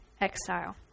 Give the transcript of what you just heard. exile